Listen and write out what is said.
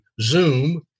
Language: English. Zoom